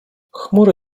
chmury